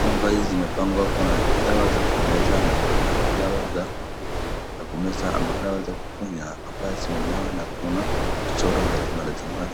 ambaye zimepangwa kuna dawa za kumeza na kuna dawa za kumeza ama dawa za kukunywa ambayo zimemewa na michoro za zamani.